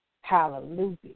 Hallelujah